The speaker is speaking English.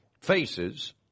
faces